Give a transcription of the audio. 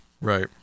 Right